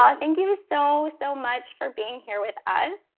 um thank you so, so much for being here with us.